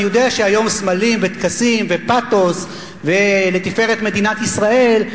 אני יודע שהיום סמלים וטקסים ופתוס ולתפארת מדינת ישראל,